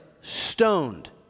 stoned